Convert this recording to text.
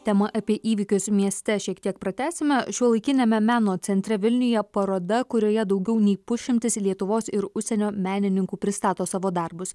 tema apie įvykius mieste šiek tiek pratęsime šiuolaikiniame meno centre vilniuje paroda kurioje daugiau nei pusšimtis lietuvos ir užsienio menininkų pristato savo darbus